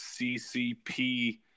CCP